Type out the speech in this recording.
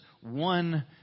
one